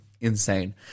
insane